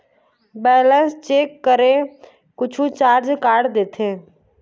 Balance check करें कुछू charge काट देथे?